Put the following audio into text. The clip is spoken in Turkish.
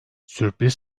sürpriz